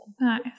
Nice